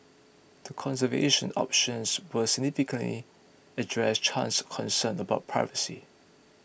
the conservation options would significantly address Chan's concern about privacy